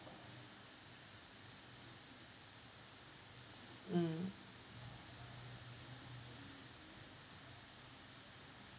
mm